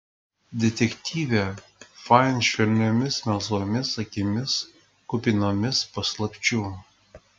detektyvė fain švelniomis melsvomis akimis kupinomis paslapčių